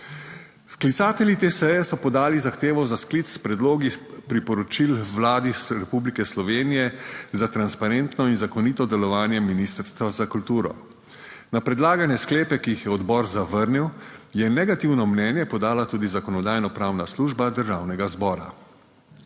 Sklicatelji te seje so podali zahtevo za sklic s predlogi priporočil Vladi Republike Slovenije za transparentno in zakonito delovanje Ministrstva za kulturo na predlagane sklepe, ki jih je odbor zavrnil, je negativno mnenje podala tudi Zakonodajno-pravna služba Državnega zbora.